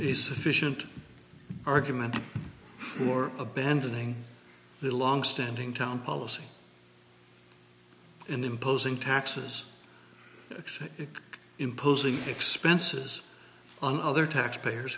the sufficient argument for abandoning the longstanding town policy and imposing taxes imposing expenses on other taxpayers